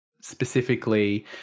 specifically